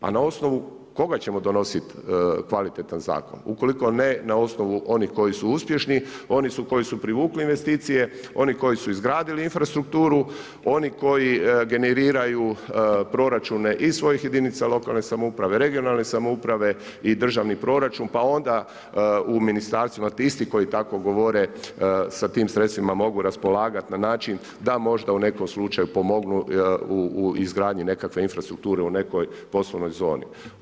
A na osnovu koga ćemo donositi kvalitetan zakon ukoliko ne na osnovu onih koji su uspješni, oni koji su privukli investicije, oni koji su izgradili infrastrukturu, oni koji generiraju i proračune i svojih jedinica lokalne samouprave, regionalne samouprave i državni proračun pa onda u ministarstvima ti isti koji tako govore sa tim sredstvima mogu raspolagati na način da možda u nekom slučaju pomognu u izgradnji nekakve infrastrukture u nekoj poslovnoj zoni.